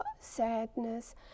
sadness